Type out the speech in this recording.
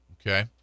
Okay